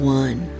one